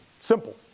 Simple